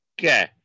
Okay